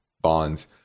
bonds